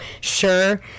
sure